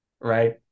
right